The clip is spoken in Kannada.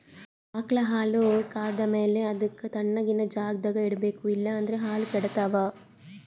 ಆಕಳ್ ಹಾಲ್ ಕರ್ದ್ ಮ್ಯಾಲ ಅದಕ್ಕ್ ತಣ್ಣಗಿನ್ ಜಾಗ್ದಾಗ್ ಇಡ್ಬೇಕ್ ಇಲ್ಲಂದ್ರ ಹಾಲ್ ಕೆಡ್ತಾವ್